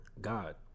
God